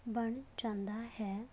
ਬਣ ਜਾਂਦਾ ਹੈ